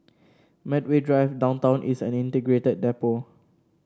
Medway Drive Downtown East and Integrated Depot